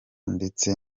ndetse